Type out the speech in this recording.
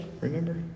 remember